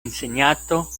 insegnato